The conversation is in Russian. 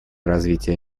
развитие